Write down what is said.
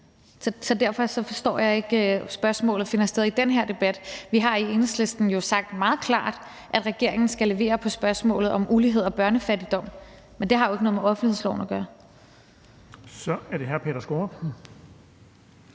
Så derfor forstår jeg ikke, at spørgsmålet finder sted i den her debat. Vi har jo i Enhedslisten sagt meget klart, at regeringen skal levere på spørgsmålet om ulighed og børnefattigdom, men det har jo ikke noget med offentlighedsloven at gøre. Kl. 11:19 Den fg.